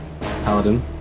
Paladin